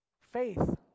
Faith